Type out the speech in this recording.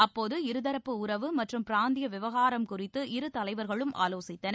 அப்போது இருதரப்பு உறவு மற்றும் பிராந்திய விவகாரம் குறித்து இருதலைவர்களும் ஆவோசித்தனர்